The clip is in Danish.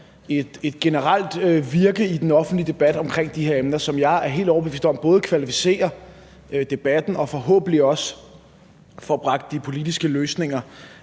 et generelt virke i den offentlige debat omkring de her emner, som jeg er helt overbevist om både kvalificerer debatten og forhåbentlig også får bragt de politiske løsninger